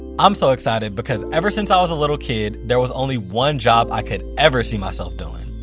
i'm so excited because ever since i was a little kid, there was only one job i could ever see myself doing.